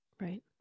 right